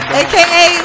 aka